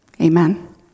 Amen